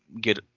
get